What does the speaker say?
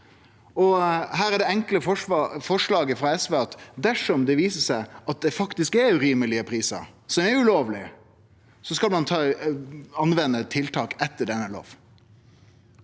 dersom det viser seg at det faktisk er urimelege prisar, noko som er ulovleg, skal ein anvende tiltak etter denne loven.